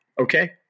Okay